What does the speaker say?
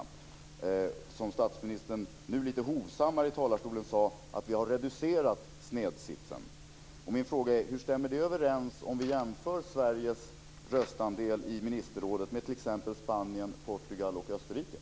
I talarstolen sade statsministern lite hovsammare: Vi har reducerat snedsitsen. Hur stämmer det överens om vi jämför Sveriges röstandel i ministerrådet med t.ex. Spaniens, Portugals och Österrikes?